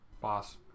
Boss